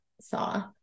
saw